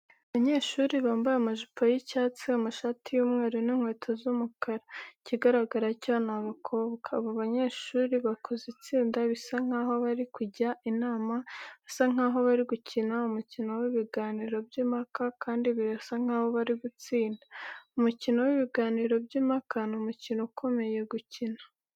Abanyeshuri bambaye amajipo y'icyatsi, amashati y'umweru n'inkweto z'umukara, ikigaragara cyo ni abakobwa. Aba banyeshuri bakoze itsinda bisa nkaho bari kujya inama, basa nkaho bari gukina umukino w'ibiganiro by'impaka, kandi birasa nkaho bari gutsinda. Umukino w'ibiganiro by'impaka ni umukino ukomeye gukina.